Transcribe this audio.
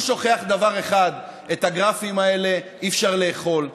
הוא שוכח דבר אחד: את הגרפים האלה אי-אפשר לאכול,